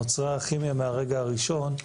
נוצרה כימיה מהרגע הראשון,